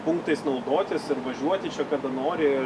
punktais naudotis ir važiuoti čia kada nori